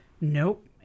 Nope